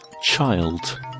Child